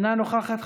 אינה נוכחת,